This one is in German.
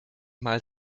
mal